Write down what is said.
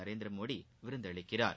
Narendra Modi விருந்தளிக்கிறார்